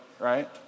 right